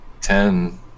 ten